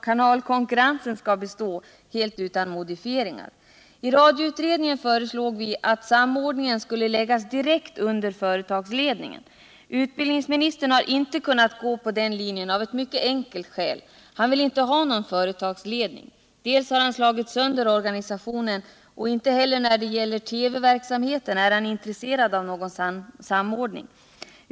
Kanalkonkurrensen skall bestå, helt utan modifieringar. I radioutredningen föreslog vi att samordningen skulle läggas direkt under företagsledningen. Utbildningsministern har inte kunnat gå på den linjen av ett mycket enkelt skäl: Han vill inte ha någon företagsledning, han har slagit sönder organisationen och inte heller när det gäller TV-verksamheten är han intresserad av någon samordning.